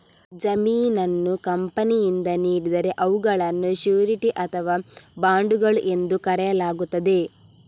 ಜಾಮೀನನ್ನು ಕಂಪನಿಯಿಂದ ನೀಡಿದರೆ ಅವುಗಳನ್ನು ಶ್ಯೂರಿಟಿ ಅಥವಾ ಬಾಂಡುಗಳು ಎಂದು ಕರೆಯಲಾಗುತ್ತದೆ